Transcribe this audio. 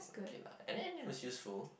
kay lah and then it was useful